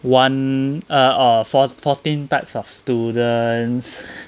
one err or four fourteen types of students